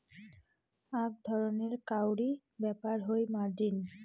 আক ধরণের কাউরী ব্যাপার হই মার্জিন